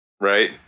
right